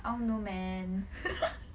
I don't know man